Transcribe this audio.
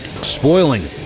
spoiling